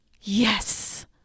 yes